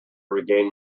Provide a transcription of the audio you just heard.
regain